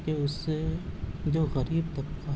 کہ اس سے جو غریب طبقہ ہے